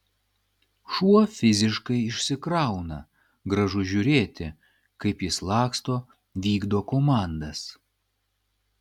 šuo fiziškai išsikrauna gražu žiūrėti kaip jis laksto vykdo komandas